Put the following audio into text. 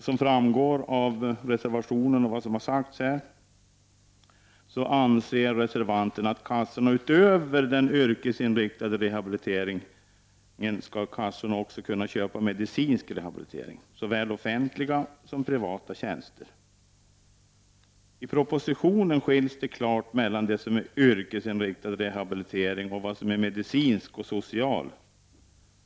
Som framgår av reservationen och vad som har sagts tidigare anser reservanterna att kassorna, utöver den yrkesinriktade rehabiliteringen, också skall kunna köpa medicinsk rehabilitering, såväl offentliga som privata tjänster. I propositionen skiljs klart mellan yrkesinriktad rehabilitering och medicinsk och social rehabilitering.